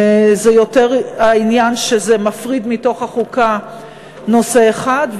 זה יותר העניין שזה מפריד מתוך החוקה נושא אחד,